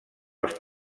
als